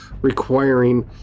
requiring